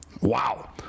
Wow